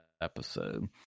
episode